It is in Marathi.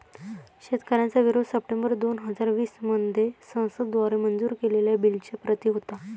शेतकऱ्यांचा विरोध सप्टेंबर दोन हजार वीस मध्ये संसद द्वारे मंजूर केलेल्या बिलच्या प्रति होता